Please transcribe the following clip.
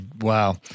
Wow